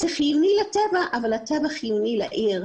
זה חיוני לטבע אבל הטבע חיוני לעיר.